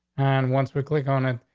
and once we click on it,